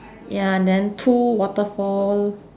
ya and then two waterfall